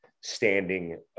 standing